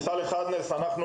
עד לכניסה לחד נס,